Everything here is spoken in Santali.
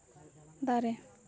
ᱫᱟᱨᱮ